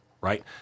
right